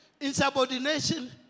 insubordination